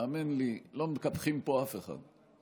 האמן לי, לא מקפחים פה אף אחד.